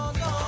no